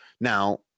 Now